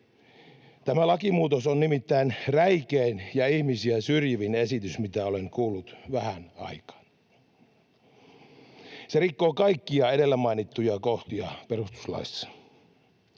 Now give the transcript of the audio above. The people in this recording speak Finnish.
Tämä lakimuutos on nimittäin räikein ja ihmisiä syrjivin esitys, mitä olen kuullut vähään aikaan. Se rikkoo kaikkia edellä mainittuja kohtia perustuslaissa.